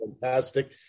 fantastic